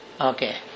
Okay